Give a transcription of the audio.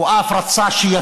הרבה יותר טובים ממנו,